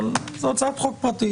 אבל זו הצעת חוק פרטית.